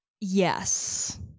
Yes